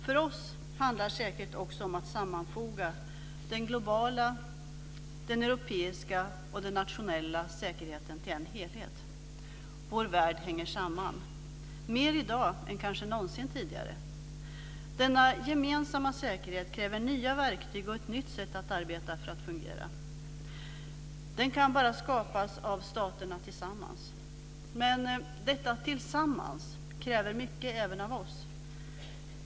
För oss handlar säkerhet också om att sammanfoga den globala, den europeiska och den nationella säkerheten till en helhet. Vår värld hänger samman, mer i dag än kanske någonsin tidigare. Denna gemensamma säkerhet kräver nya verktyg och ett nytt sätt att arbeta för att fungera. Den kan bara skapas av staterna tillsammans. Men detta "tillsammans" kräver mycket även av oss.